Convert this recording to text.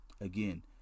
again